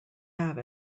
have